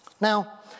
Now